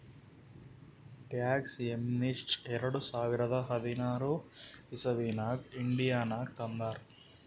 tax amnesty ಎರಡ ಸಾವಿರದ ಹದಿನಾರ್ ಇಸವಿನಾಗ್ ಇಂಡಿಯಾನಾಗ್ ತಂದಾರ್